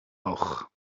hoog